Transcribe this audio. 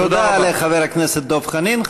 תודה לחבר הכנסת דב חנין.